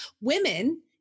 women